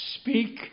speak